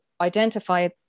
identify